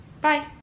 bye